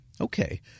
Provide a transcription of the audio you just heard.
Okay